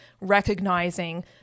recognizing